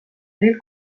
teel